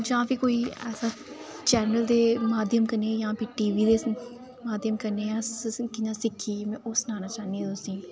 जां फ्ही कोई ऐसा चैनल दे माध्यम कन्नै यां फ्ही टी वी दे माध्यम कन्नै जां असें कि'यां सिक्खी में ओह् सनाना चाहन्नी आं तुसेंगी